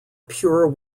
pure